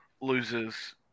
loses